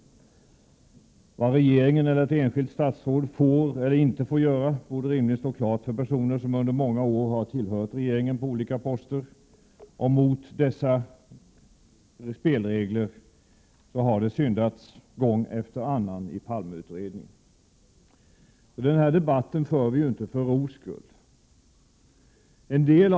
Vad regeringen eller ett enskilt statsråd får eller inte får göra borde rimligen stå klart för personer som under många år har tillhört regeringen på olika poster. Mot dessa spelregler har det syndats gång efter annan i Palmeutredningen. Den här debatten för vi ju inte för ro skull.